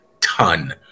ton